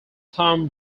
tom